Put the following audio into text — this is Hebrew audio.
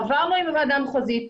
חברנו עם הוועדה המחוזית,